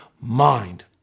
mind